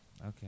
Okay